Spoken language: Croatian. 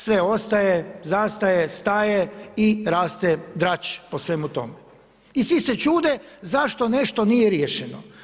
Sve ostaje, zastaje, staje i raste drač po svemu tome i svi se čude zašto nešto nije riješeno.